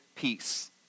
peace